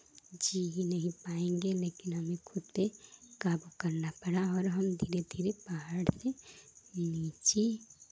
जी ही नहीं पाएंगे लेकिन हमको खुद पे काबू करना पड़ा और हम धीरे धीरे पहाड़ से नीचे